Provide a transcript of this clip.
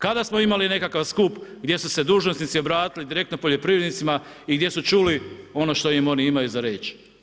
Kada smo imali nekakav skup gdje su se dužnosnici obratili direktno poljoprivrednicima i gdje su čuli ono što im oni imaju za reći?